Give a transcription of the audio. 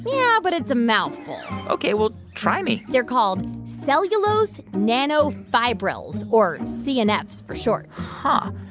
yeah, but it's a mouthful ok. well, try me they're called cellulose nanofibrils or cnfs for short huh.